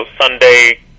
Sunday